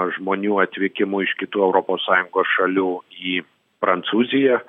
žmonių atvykimu iš kitų europos sąjungos šalių į prancūziją